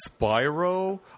Spyro